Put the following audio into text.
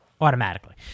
automatically